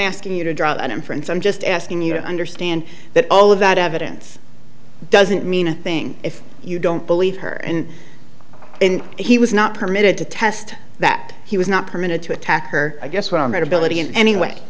asking you to draw that inference i'm just asking you to understand that all of that evidence doesn't mean a thing if you don't believe her and when he was not permitted to test that he was not permitted to attack her i guess what i meant ability in any way